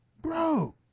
Bro